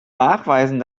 nachweisen